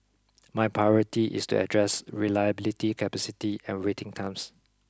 my priority is to address reliability capacity and waiting times